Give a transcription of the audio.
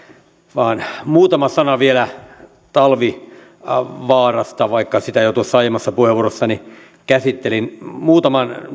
vaan vain muutama sana vielä talvivaarasta vaikka sitä jo tuossa aiemmassa puheenvuorossani käsittelin muutaman